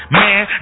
man